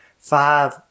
five